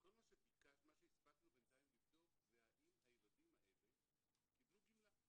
מה שהספקנו בינתיים לבדוק זה אם הילדים האלה קיבלו גמלה,